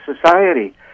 society